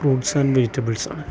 fruits and vegetables ആണ്